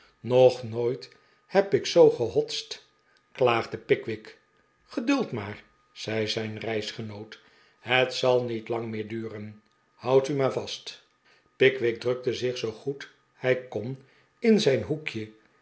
nog nooit heb ik zoo gehotst klaagde pickwick geduld maar zei zijn reisgenoot het zal niet lang meer duren houd u maar vast pickwick drukte zich zoo goed hij kon in zijn hoekje